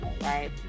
right